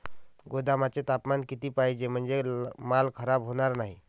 गोदामाचे तापमान किती पाहिजे? म्हणजे माल खराब होणार नाही?